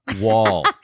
wall